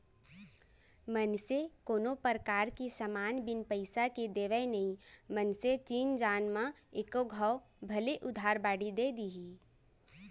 मनसे कोनो परकार के समान बिन पइसा के देवय नई मनसे चिन जान म एको घौं भले उधार बाड़ी दे दिही